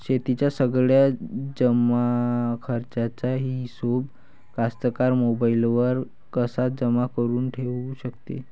शेतीच्या सगळ्या जमाखर्चाचा हिशोब कास्तकार मोबाईलवर कसा जमा करुन ठेऊ शकते?